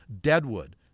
Deadwood